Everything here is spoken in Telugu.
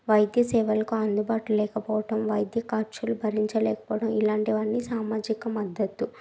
వైద్యసేవలకు అందుబాటు లేకపోవటం వైద్య ఖర్చులు భరించలేకపోవడం ఇలాంటివి అన్నీ సామాజిక మద్దతు